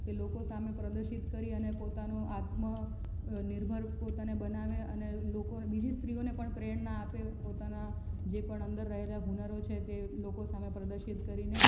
તે લોકો સામે પ્રદર્શિત કરી અને પોતાનો આત્મા નિર્ભર પોતાને બનાવે અને લોકો બીજી સ્ત્રીઓને પણ પ્રેરણા આપે પોતાના જે પણ અંદર રહેલા હુનરો છે તે લોકો સામે પ્રદર્શિત કરીને